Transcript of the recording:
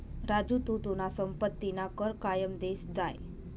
राजू तू तुना संपत्तीना कर कायम देत जाय